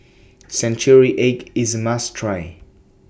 Century Egg IS A must Try